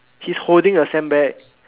he's holding a sandbag